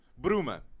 Bruma